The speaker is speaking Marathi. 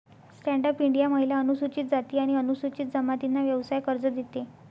स्टँड अप इंडिया महिला, अनुसूचित जाती आणि अनुसूचित जमातींना व्यवसाय कर्ज देते